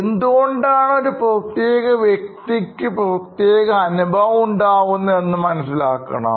എന്തുകൊണ്ടാണ് ഒരു പ്രത്യേക വ്യക്തിക്ക് പ്രത്യേക അനുഭവം ഉണ്ടാകുന്നത് എന്ന് മനസ്സിലാക്കണം